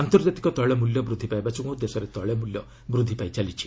ଆନ୍ତର୍ଜାତିକ ତେିଳ ମୂଲ୍ୟ ବୃଦ୍ଧି ପାଇବା ଯୋଗୁଁ ଦେଶରେ ତେିଳ ମୂଲ୍ୟ ବୃଦ୍ଧି ପାଉଛି